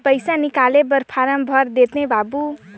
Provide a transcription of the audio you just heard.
पइसा निकाले बर फारम भर देते बाबु?